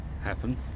happen